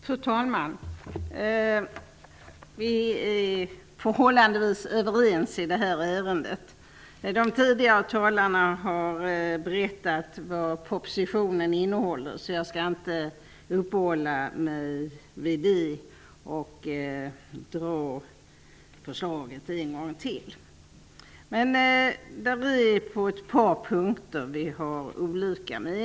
Fru talman! Vi är förhållandevis överens i detta ärende. De tidigare talarna har berättat vad propositionen innehåller, så jag skall inte upphålla mig vid det och dra förslaget en gång till. Men vi har olika mening på ett par punkter.